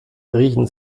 riechen